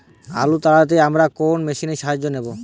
আলু তাড়তে আমরা কোন মেশিনের সাহায্য নেব?